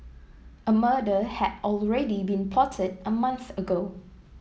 a murder had already been plotted a month ago